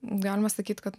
galima sakyt kad